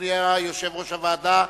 אדוני יושב-ראש הוועדה,